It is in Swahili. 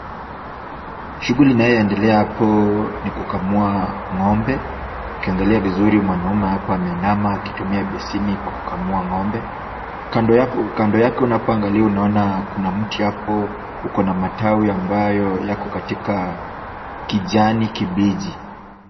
Shughuli inayoendelea hapo ni kukamua ng'ombe. Ukiangalia vizuri hapo mwanaume ameinama akitumia besheni kukamua ng'ombe. Kando yake unapoangalia unaona kuna mti hapo, uko na matawai mbayo yako katika kijani kibichi.